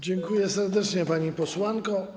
Dziękuję serdecznie, pani posłanko.